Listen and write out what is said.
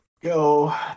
Go